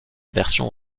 version